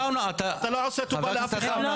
אתה לא עושה טובה לאף אחד.